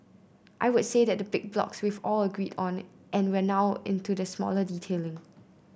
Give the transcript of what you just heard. I would say that the big blocks we've all agreed on and we're now into the smaller detailing